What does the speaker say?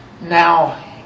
Now